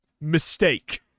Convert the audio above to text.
Mistake